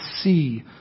see